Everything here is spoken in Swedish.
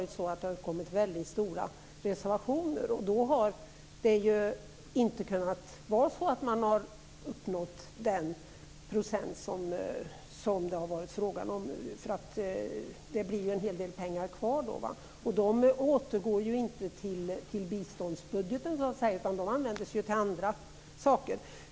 Det har ju uppkommit väldigt stora reservationer och således har man inte uppnått det procenttal som det varit fråga om. Det blir ju en hel del pengar kvar och de återgår inte till biståndsbudgeten utan de används till annat.